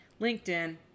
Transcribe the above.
LinkedIn